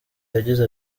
yagize